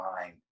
mind